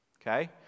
okay